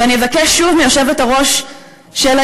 ואני אבקש שוב מיושבת-ראש הישיבה,